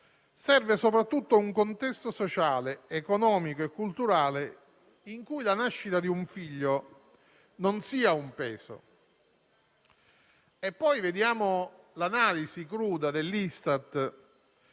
Serve soprattutto un contesto sociale, economico e culturale in cui la nascita di un figlio non costituisca un peso. Vediamo poi l'analisi cruda dell'Istat